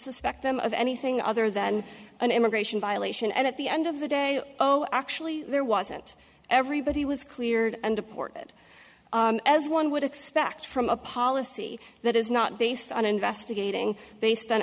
suspect them of anything other than an immigration violation and at the end of the day oh actually there wasn't everybody was cleared and deported as one would expect from a policy that is not based on investigating based